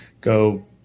go